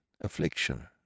affliction